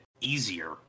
easier